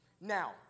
Now